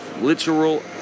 literal